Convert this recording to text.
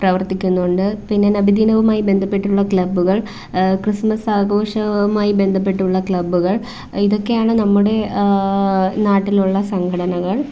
പ്രവർത്തിക്കുന്നുണ്ട് പിന്നെ നബിദിനവുമായി ബന്ധപ്പെട്ടുള്ള ക്ലബ്ബുകൾ ക്രിസ്മസ് ആഘോഷവുമായി ബന്ധപ്പെട്ടുള്ള ക്ലബ്ബുകൾ ഇതൊക്കെയാണ് നമ്മുടെ നാട്ടിലുള്ള സംഘടനകൾ